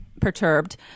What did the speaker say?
Perturbed